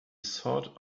sought